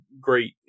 great